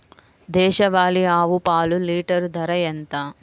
దేశవాలీ ఆవు పాలు లీటరు ధర ఎంత?